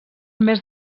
més